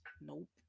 Nope